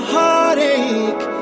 heartache